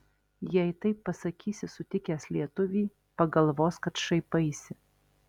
jei taip pasakysi sutikęs lietuvį pagalvos kad šaipaisi